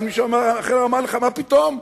ואז מישהו אחר אמר לו: מה פתאום?